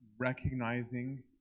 recognizing